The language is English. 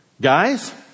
Guys